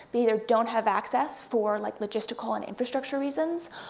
but either don't have access for like logistical and infrastructure reasons,